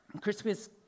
Christmas